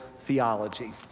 theology